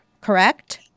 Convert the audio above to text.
correct